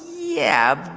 yeah,